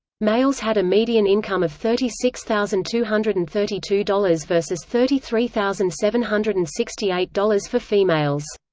males had a median income of thirty six thousand two hundred and thirty two dollars versus thirty three thousand seven hundred and sixty eight dollars for females.